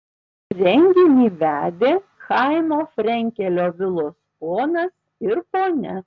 renginį vedė chaimo frenkelio vilos ponas ir ponia